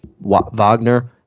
Wagner